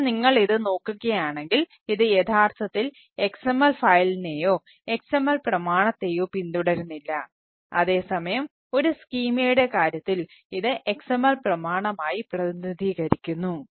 ഇപ്പോൾ നിങ്ങൾ ഇത് നോക്കുകയാണെങ്കിൽ ഇത് യഥാർത്ഥത്തിൽ XML ഫയലിനെയോ കാര്യത്തിൽ ഇത് XML പ്രമാണമായി പ്രതിനിധീകരിക്കുന്നു